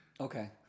Okay